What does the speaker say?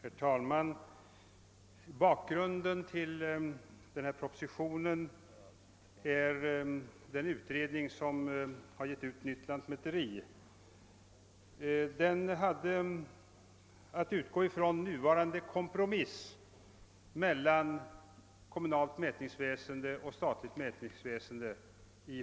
Herr talman! Bakgrunden till propositionen i detta ärende är den utredning som resulterat i betänkandet »Nytt lantmäteri». Utgångspunkten för utredningens arbete var den nuvarande kompromissen på förrättningsstadiet mellan kommunalt och statligt mätningsväsende.